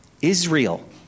Israel